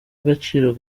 agaciro